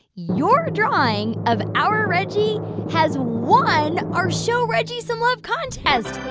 your drawing of our reggie has won our show reggie some love contest